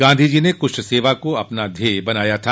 गांधी जी ने कुष्ठ सेवा को अपना ध्येय बनाया था